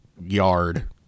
yard